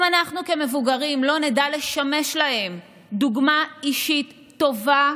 אם אנחנו כמבוגרים לא נדע לשמש להם דוגמה אישית טובה,